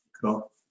Cool